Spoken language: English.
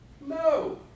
No